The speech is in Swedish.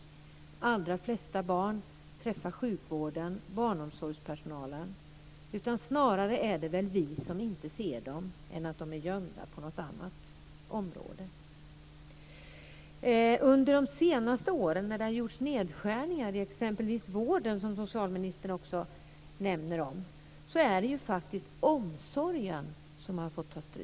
De allra flesta barn träffar sjukvården och barnomsorgspersonalen. Det är snarare så att vi inte ser dem än att de är gömda. Under de senaste åren, när det har gjorts nedskärningar i exempelvis vården som socialministern också nämner, är det faktiskt omsorgen som har fått ta stryk.